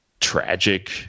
tragic